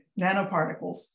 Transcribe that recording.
nanoparticles